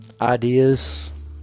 ideas